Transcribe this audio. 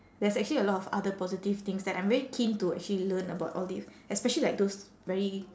there's actually a lot of other positive things that I'm very keen to actually learn about all these especially like those very